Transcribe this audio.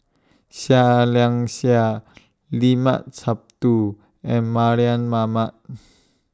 Seah Liang Seah Limat Sabtu and Mardan Mamat